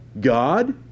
God